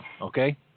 Okay